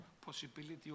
possibility